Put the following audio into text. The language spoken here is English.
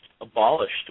abolished